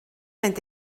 mynd